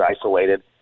isolated